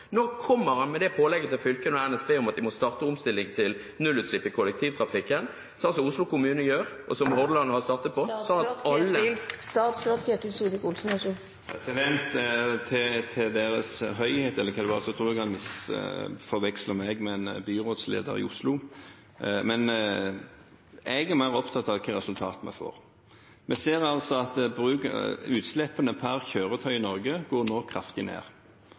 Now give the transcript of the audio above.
kommer han med det pålegget til fylkene og NSB om at de må starte omstilling til nullutslipp i kollektivtrafikken, sånn som Oslo kommune gjør, og som Hordaland har startet på? Til «Deres høyhet» – eller hva det var: Jeg tror han forveksler meg med en byrådsleder i Oslo. Men jeg er mer opptatt av hva slags resultater vi får. Vi ser at utslippene per kjøretøy i Norge nå går kraftig ned.